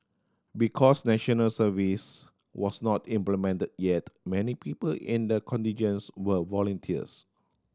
because National Service was not implemented yet many people in the contingents were volunteers